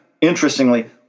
interestingly